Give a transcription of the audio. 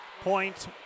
Point